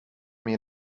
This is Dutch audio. meer